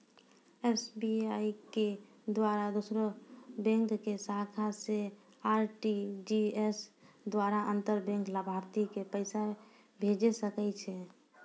SBI के द्वारा दोसरो बैंको के शाखा से आर.टी.जी.एस द्वारा अंतर बैंक लाभार्थी के पैसा भेजै सकै छै